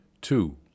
Two